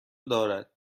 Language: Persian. دارد